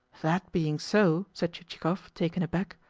that being so, said chichikov, taken aback,